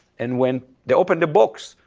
and when they opened the box,